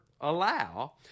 allow